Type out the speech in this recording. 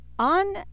On